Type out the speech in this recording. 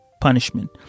punishment